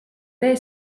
tee